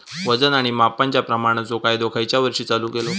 वजन आणि मापांच्या प्रमाणाचो कायदो खयच्या वर्षी चालू केलो?